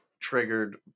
triggered